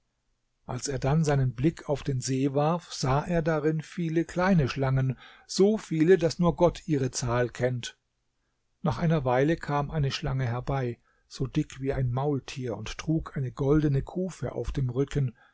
als er dann seinen blick auf den see warf sah er darin viele kleine schlangen so viele daß nur gott ihre zahl kennt nach einer weile kam eine schlange herbei so dick wie ein maultier und trug eine goldene kufe auf dem rücken